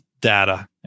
data